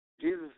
Jesus